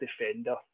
defender